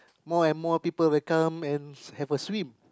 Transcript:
more and more people will come and have a swim